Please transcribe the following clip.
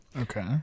Okay